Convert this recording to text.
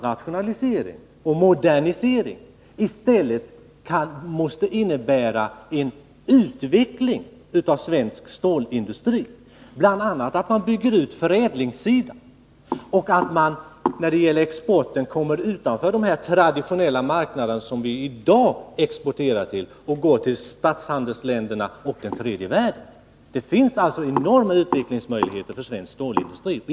Rationalisering och modernisering måste i stället innebära en utveckling av svensk stålindustri. Det gäller bl.a. att man bygger ut på förädlingssidan samt att man når utanför de i dag aktuella traditionella exportmarknaderna och vänder sig till statshandelsländerna och tredje världen. 2 Det finns alltså enorma utvecklingsmöjligheter för svensk stålindustri.